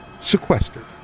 sequestered